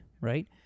right